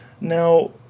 Now